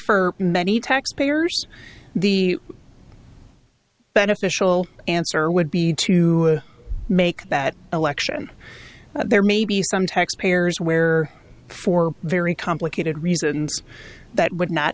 for many taxpayers the beneficial answer would be to make that election there may be some tax payers where for very complicated reasons that would not